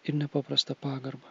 ir nepaprasta pagarba